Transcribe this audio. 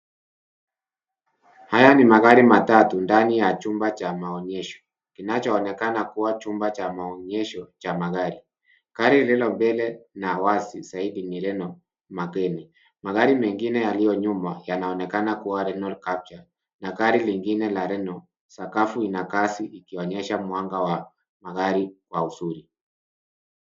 Haya ni magari matatu ndani ya chumba cha maonyesho. Kinachoonekana kuwa chumba cha maonyesho cha magari. Gari lililo mbele na wazi zaidi ni renol mageni. Magari mengine yaliyo nyuma yanaonekana kuwa Renol capture na gari lingine la renol . Sakafu ina kazi ikionyesha mwanga wa magari wa uzuri.